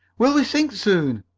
will we sink soon?